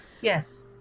Yes